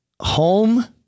home